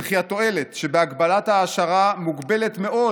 וכי התועלת שבהגבלת ההעשרה מוגבלת מאוד,